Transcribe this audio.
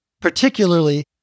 particularly